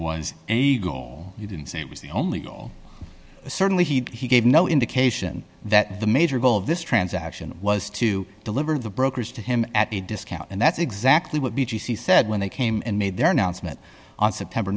was a goal you didn't say it was the only goal certainly he gave no indication that the major goal of this transaction was to deliver the brokers to him at a discount and that's exactly what b g c said when they came and made their announcement on september